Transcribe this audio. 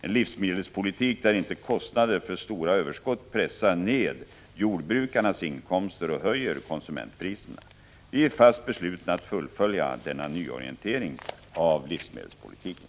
En livsmedelspolitik där inte kostnader för stora överskott pressar ned jordbrukarnas inkomster och höjer konsumentpriserna. Vi är fast beslutna att fullfölja denna nyorientering av livsmedelspolitiken.